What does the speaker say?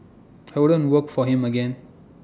I wouldn't work for him again